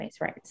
right